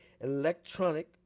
electronic